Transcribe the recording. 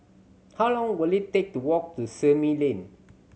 how long will it take to walk to Simei Lane